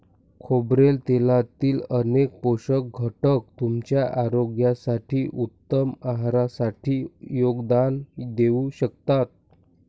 खोबरेल तेलातील अनेक पोषक घटक तुमच्या आरोग्यासाठी, उत्तम आहारासाठी योगदान देऊ शकतात